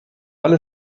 alle